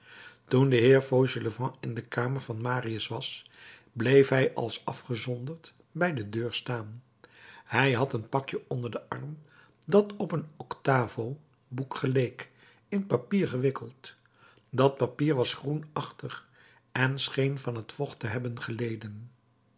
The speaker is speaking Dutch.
toen de heer fauchelevent in de kamer van marius was bleef hij als afgezonderd bij de deur staan hij had een pakje onder den arm dat op een octavo boek geleek in papier gewikkeld dat papier was groenachtig en scheen van het vocht te hebben geleden